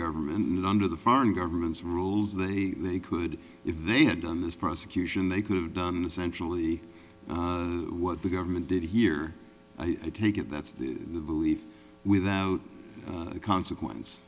government under the foreign governments rules that a they could if they had done this prosecution they could have done centrally what the government did here i take it that's the belief without consequence